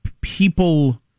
people